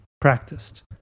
practiced